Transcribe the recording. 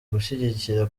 gushyigikira